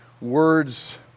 words